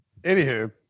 Anywho